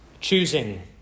choosing